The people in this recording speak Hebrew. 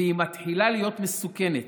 והיא מתחילה להיות מסוכנת.